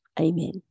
Amen